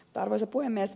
arvoisa puhemies